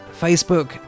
Facebook